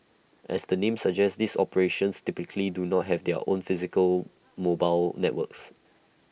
as the name suggests these operators typically do not have their own physical mobile networks